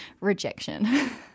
rejection